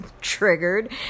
triggered